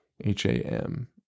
H-A-M